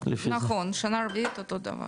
נכון, שנה רביעית, אותו דבר.